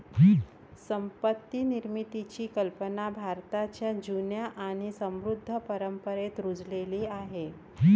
संपत्ती निर्मितीची कल्पना भारताच्या जुन्या आणि समृद्ध परंपरेत रुजलेली आहे